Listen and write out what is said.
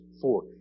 four